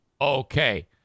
Okay